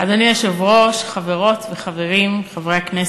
אדוני היושב-ראש, חברות וחברים חברי הכנסת,